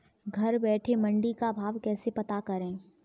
घर बैठे मंडी का भाव कैसे पता करें?